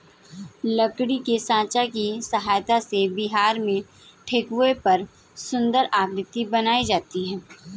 लकड़ी के साँचा की सहायता से बिहार में ठेकुआ पर सुन्दर आकृति बनाई जाती है